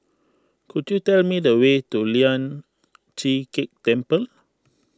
could you tell me the way to Lian Chee Kek Temple